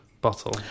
bottle